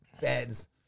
beds